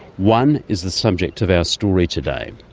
one is the subject of our story today.